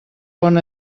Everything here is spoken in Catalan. bon